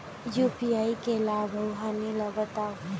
UPI के लाभ अऊ हानि ला बतावव